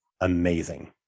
Amazing